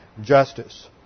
justice